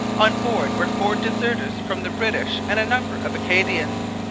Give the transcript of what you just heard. on board were four deserters from the british and a number of acadians.